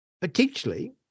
potentially